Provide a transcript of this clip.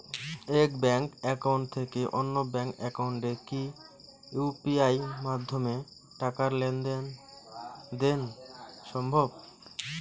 এক bank account থেকে অন্য ব্যাংক একাউন্টে কি ইউ.পি.আই মাধ্যমে টাকার লেনদেন দেন সম্ভব?